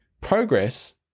progress